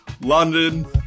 London